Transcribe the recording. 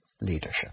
leadership